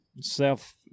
self